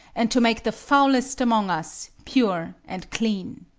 and to make the foulest amongst us pure and clean.